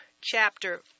chapter